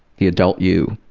the adult you,